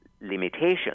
limitations